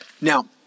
Now